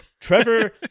Trevor